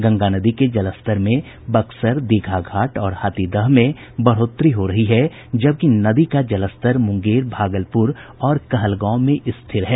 गंगा नदी के जलस्तर में बक्सर दीघा घाट और हाथीदह में बढ़ोतरी हो रही है जबकि नदी का जलस्तर मुंगेर भागलपुर और कहलगांव में स्थिर है